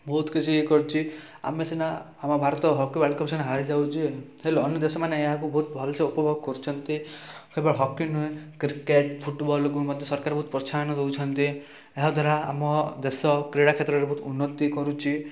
ବହୁତ କିଛି ଇଏ କରିଛି ଆମେ ସିନା ଆମ ଭାରତ ହକି ୱାର୍ଲଡ଼କପ୍ ସଙ୍ଗେ ହାରିଯାଉଛି ହେଲେ ଅନ୍ୟ ଦେଶମାନେ ଏହାକୁ ଭଲ ସେ ଉପଭୋଗ କରୁଛନ୍ତି କେବଳ ହକି ନୁହେଁ କ୍ରିକେଟ୍ ଫୁଟବଲକୁ ମଧ୍ୟ ସରକାର ବହୁତ ପ୍ରୋତ୍ସାହନ ଦେଉଛନ୍ତି ଏହା ଦ୍ୱାରା ଆମ ଦେଶ କ୍ରୀଡ଼ା କ୍ଷେତ୍ରରେ ବହୁତ ଉନ୍ନତି କରୁଛି